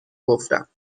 گفتم